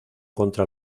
contra